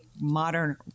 modern